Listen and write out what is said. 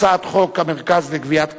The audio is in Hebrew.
הצעת חוק המרכז לגביית קנסות,